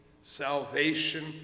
salvation